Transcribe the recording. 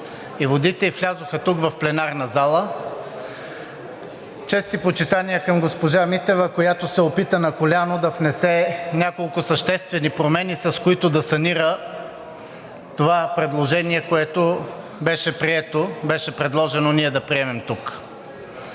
и водите и влязоха тук в пленарната зала. Чест и почитания към госпожа Митева, която се опита на коляно да внесе няколко съществени промени, с които да санира това предложение, което беше предложение ние да приемем тук.